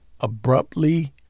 abruptly